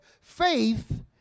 faith